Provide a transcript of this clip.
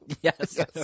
Yes